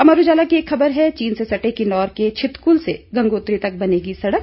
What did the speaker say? अमर उजाला की एक खबर है चीन से सटे किन्नौर के छितकुल से गंगोत्री तक बनेगी सडक